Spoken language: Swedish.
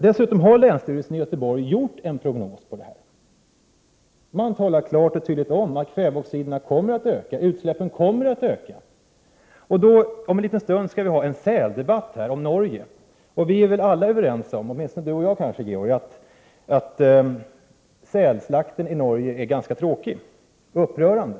Dessutom har länsstyrelsen i Göteborgs och Bohus län gjort en prognosi vilken det klart och tydligt utsägs att utsläppen av kväveoxid kommer att öka. Om en liten stund kommer det en debatt om sälarna i Norge. Vi är väl alla överens om — i varje fall kommunikationsministern och jag — att sälslakten i Norge är ganska sorglig och upprörande.